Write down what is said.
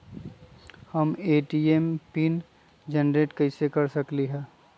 हम ए.टी.एम के PIN generate कईसे कर सकली ह?